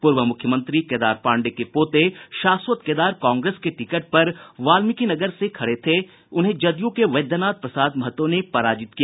पूर्व मुख्यमंत्री केदार पांडेय के पोते शाश्वत केदार कांग्रेस के टिकट पर वाल्मिकी नगर से खडे थे उन्हें जदयू के वैद्यनाथ प्रसाद महतो ने पराजित किया